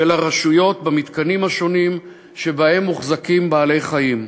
הרשויות במתקנים השונים שבהם מוחזקים בעלי-חיים.